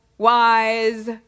Wise